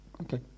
Okay